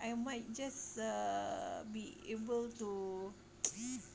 I might just uh be able to